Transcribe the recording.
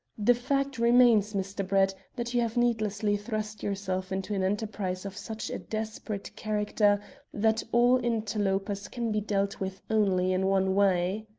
the fact remains, mr. brett, that you have needlessly thrust yourself into an enterprise of such a desperate character that all interlopers can be dealt with only in one way.